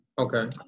Okay